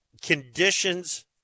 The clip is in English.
conditions